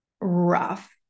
rough